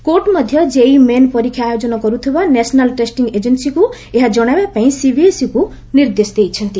court ମଧ୍ୟ JEE main ପରୀକ୍ଷା ଆୟୋଜନ କରୁଥିବା ନେସନାଲ ଟେଷ୍ଟିଂ ଏଜେନ୍ସିକୁ ଏହା ଜଣାଇବା ପାଇଁ ସିବିଏସ୍ଇକୁ ନିର୍ଦ୍ଦେଶ ଦେଇଛନ୍ତି